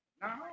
Now